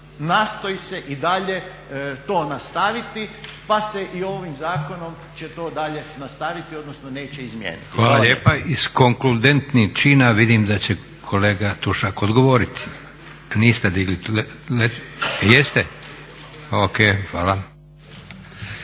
nastoji se i dalje to nastaviti pa se i ovim zakonom će to dalje nastaviti odnosno neće izmjeniti.